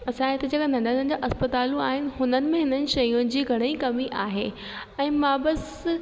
असांजे हिते जेका नंढा नंढा अस्पतालूं आहिनि हुननि में हिननि शयूं जी घणेई कमी आहे ऐं मां बसि